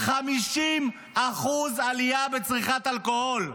50% עלייה בצריכת אלכוהול,